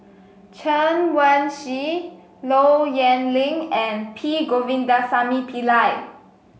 Chen Wen Hsi Low Yen Ling and P Govindasamy Pillai